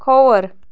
کھووُر